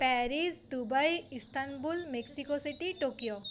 Paris Dubai Istanbul Mexico City Tokyo